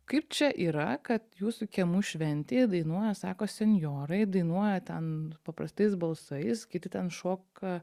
kaip čia yra kad jūsų kiemų šventėje dainuoja sako senjorai dainuoja ten paprastais balsais kiti ten šoka